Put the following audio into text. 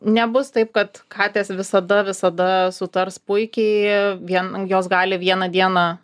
nebus taip kad katės visada visada sutars puikiai vien jos gali vieną dieną